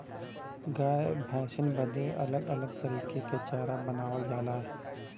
गाय भैसन बदे अलग अलग तरीके के चारा बनावल जाला